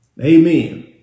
Amen